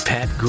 Pat